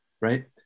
Right